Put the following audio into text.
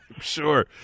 Sure